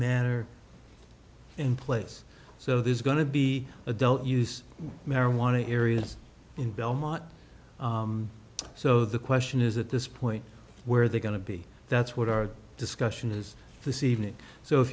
matter in place so there's going to be adult use marijuana areas in belmont so the question is at this point where they're going to be that's what our discussion is this evening so if